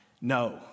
No